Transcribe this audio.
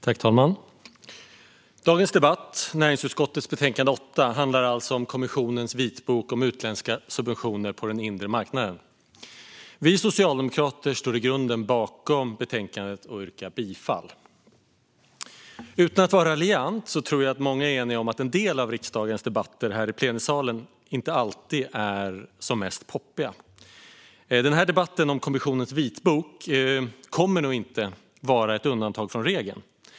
Fru talman! Dagens debatt om näringsutskottets utlåtande NU8 handlar alltså om kommissionens vitbok om utländska subventioner på den inre marknaden. Vi socialdemokrater står i grunden bakom utlåtandet och yrkar bifall till förslaget. Utan att vara raljant tror jag att många är eniga om att en del av riksdagens debatter här i plenisalen inte alltid är särskilt poppiga, och den här debatten om kommissionens vitbok kommer nog inte att vara ett undantag från regeln.